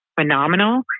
phenomenal